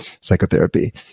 psychotherapy